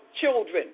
children